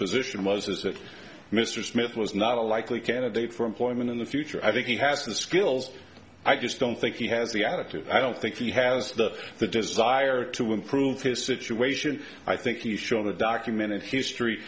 position was that mr smith was not a likely candidate for employment in the future i think he has the skills i just don't think he has the attitude i don't think he has the desire to improve his situation i think he showed a documented history